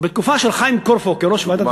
בתקופה של חיים קורפו כיושב-ראש ועדת,